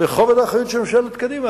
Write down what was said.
בכובד האחריות של ממשלת קדימה.